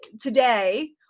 today